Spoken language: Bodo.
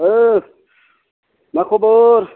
ओइ मा खबर